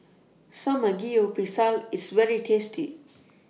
Samgeyopsal IS very tasty